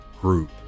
group